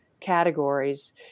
categories